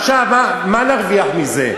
עכשיו, מה נרוויח מזה?